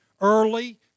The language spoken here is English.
early